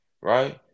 right